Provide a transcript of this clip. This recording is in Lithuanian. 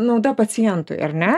nauda pacientui ar ne